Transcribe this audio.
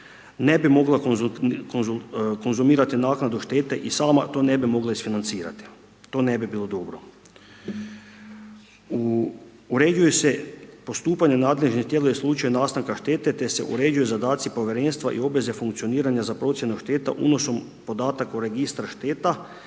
ne bi mogla konzumirati naknadu štete i sama to ne bi mogla isfinancirati. To ne bi bilo dobro. Uređuju se postupanja nadležnih tijela u slučaju nastanaka štete te se uređuju zadaci povjerenstva i obveze funkcioniranja za procjenu šteta unosom podataka u Registar šteta